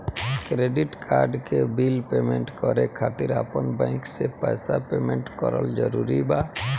Credit card के bill payment करे खातिर आपन बैंक से पईसा पेमेंट करल जरूरी बा?